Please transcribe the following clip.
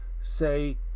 say